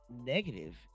negative